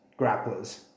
grapplers